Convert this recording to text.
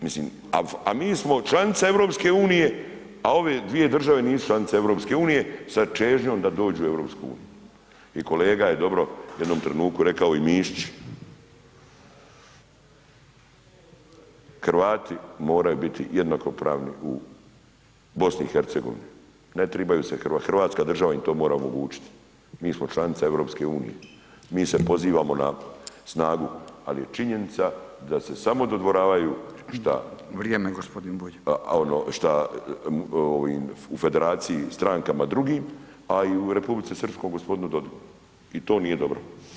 Mislim, a mi smo članica EU, a ove dvije države nisu članice EU sa čežnjom da dođu u EU i kolega je dobro u jednom trenutku rekao i Mišić, Hrvati moraju biti jednakopravni u BiH, ne trebaju se, hrvatska država im to mora omogućiti, mi smo članica EU, mi se pozivamo na snagu, al je činjenica da se samo dodvoravaju šta [[Upadica: Vrijeme g. Bulj]] ono šta u federaciji strankama drugim, a i u Republici Srpskoj g. Dodigu i to nije dobro.